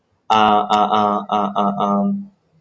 uh uh uh uh uh um